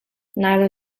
neither